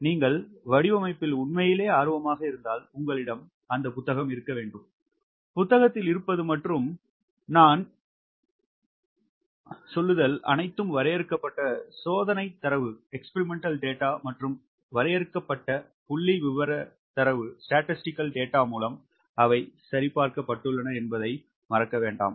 நீங்கள் வடிவமைப்பில் உண்மையிலேயே ஆர்வமாக இருந்தால் உங்களிடம் அந்த புத்தகம் இருக்க வேண்டும் புத்தகத்தில் இருப்பது மற்றும் நான் சொல்லுதல் அனைத்தும் வரையறுக்கப்பட்ட சோதனை தரவு மற்றும் வரையறுக்கப்பட்ட புள்ளி விவர தரவு மூலம் அவை சரிபார்க்கப்பட்டுள்ளன என்பதை மறக்க வேண்டாம்